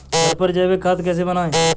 घर पर जैविक खाद कैसे बनाएँ?